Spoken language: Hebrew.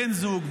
בן זוג,